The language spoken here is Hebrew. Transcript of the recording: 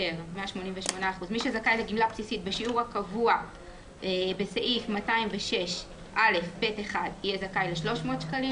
(1)מי שזכאי לגמלה בסיסית בשיעור הקבוע בסעיף 206א(ב)(1) 300 שקלים